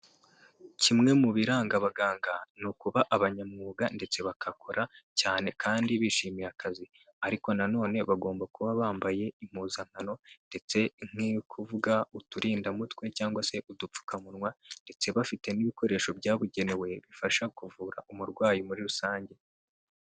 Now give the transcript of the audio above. Kimwe mu biranga abaganga ni ukuba abanyamwuga ndetse bagakora cyane kandi bishimiye akazi, ariko na none bagomba kuba bambaye impuzankano ndetse nk'iyo uri kuvuga uturindamutwe cyangwa se udupfukamunwa, ndetse bafite n'ibikoresho byabugenewe bifasha kuvura umurwayi muri rusange.